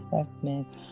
assessments